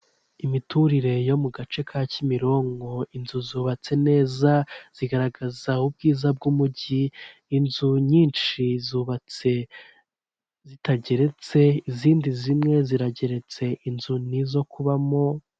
Imiturire yo mu gace ka Kimironko inzu zubatse neza zigaragaza ubwiza bw'umujyi, inzu nyinshi zubatse zitageretse, izindi zimwe zirageretse, inzu nizo kubamo.